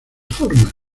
formas